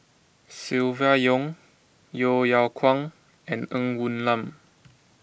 Silvia Yong Yeo Yeow Kwang and Ng Woon Lam